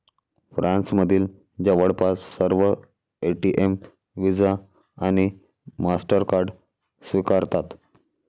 फ्रान्समधील जवळपास सर्व एटीएम व्हिसा आणि मास्टरकार्ड स्वीकारतात